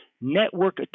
network